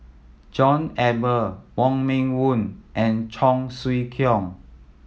John Eber Wong Meng Voon and Cheong Siew Keong